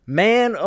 man